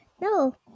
No